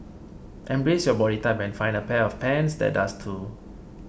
embrace your body type and find a pair of pants that does too